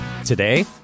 Today